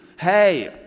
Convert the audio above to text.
Hey